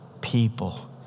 people